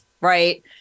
right